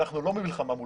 אנחנו לא במלחמה מולכם,